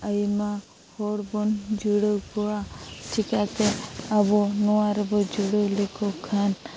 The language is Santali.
ᱟᱭᱢᱟ ᱦᱚᱲᱵᱚᱱ ᱡᱩᱲᱟᱹᱣ ᱠᱚᱣᱟ ᱪᱤᱠᱟᱹᱛᱮ ᱟᱵᱚ ᱱᱚᱣᱟᱨᱮᱵᱚ ᱡᱩᱲᱟᱹᱣ ᱞᱮᱠᱚᱠᱷᱟᱱ